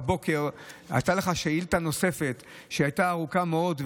הייתה לך שאילתה נוספת שהייתה ארוכה מאוד,